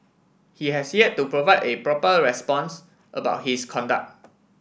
he has yet to provide a proper response about his conduct